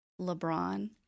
LeBron